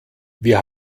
wir